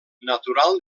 natural